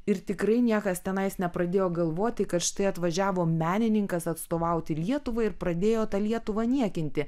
ir tikrai niekas tenai nepradėjo galvoti kad štai atvažiavo menininkas atstovauti lietuvai ir pradėjo tą lietuvą niekinti